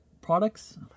products